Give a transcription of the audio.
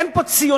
אין פה ציונות.